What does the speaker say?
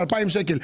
אלפיים שקל.